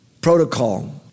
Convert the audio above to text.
Protocol